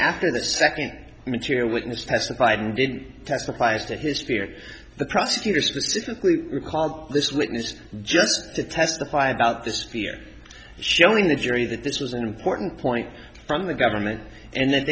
after the second material witness testified and did test applies to his spear the prosecutor specifically recall this witness just to testify about the spear showing the jury that this was an important point from the government and that